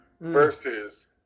Versus